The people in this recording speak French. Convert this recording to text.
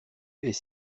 est